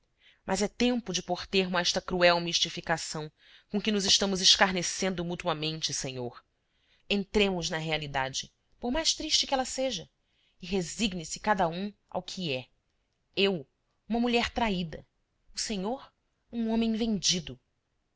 mas é tempo de pôr termo a esta cruel mistificação com que nos estamos escarnecendo mutuamente senhor entremos na realidade por mais triste que ela seja e resigne se cada um ao que é eu uma mulher traída o senhor um homem vendido